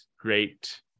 great